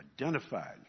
identified